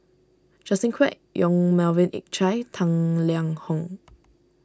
Justin Quek Yong Melvin Yik Chye Tang Liang Hong